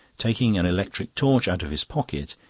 taking an electric torch out of his pocket,